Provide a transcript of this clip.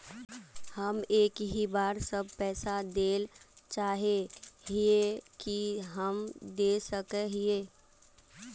हम एक ही बार सब पैसा देल चाहे हिये की हम दे सके हीये?